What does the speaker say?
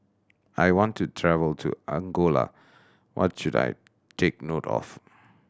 I want to travel to Angola what should I take note of